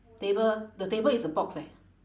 table the table is a box eh